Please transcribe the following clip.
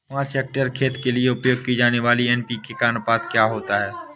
पाँच हेक्टेयर खेत के लिए उपयोग की जाने वाली एन.पी.के का अनुपात क्या होता है?